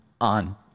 on